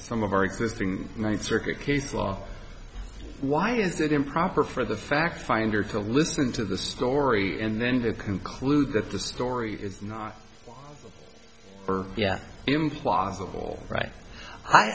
some of our existing ninth circuit case law why is it improper for the fact finder to listen to the story and then to conclude that the story is not yet implausible right i